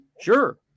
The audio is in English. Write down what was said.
sure